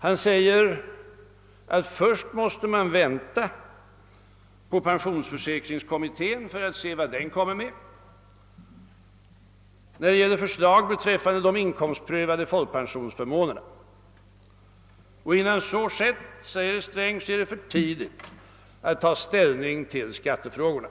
Han säger att vi först måste vänta på pensionsförsäkringskommittén för att se vad den kommer med när det gäller förslag beträffande de inkomstprövade folkpensionsförmånerna. Innan så skett, säger herr Sträng, är det för tidigt att ta ställning i skattefrågorna.